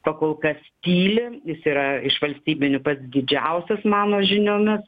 pakol kas tyli jis yra iš valstybinių pats didžiausias mano žiniomis